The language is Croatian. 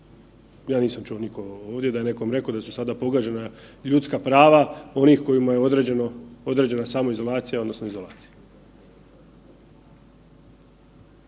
Ja nisam čuo nikoga ovdje da je nekom reko da su sada pogažena ljudska prava onih kojima je određena samoizolacija odnosno izolacija.